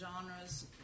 genres